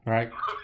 Right